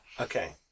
Okay